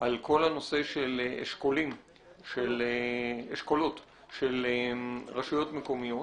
על הנושא של אשכולות של רשויות מקומיות